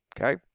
okay